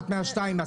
תודה, יוראי.